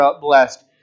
blessed